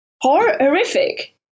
horrific